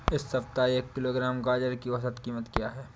इस सप्ताह एक किलोग्राम गाजर की औसत कीमत क्या है?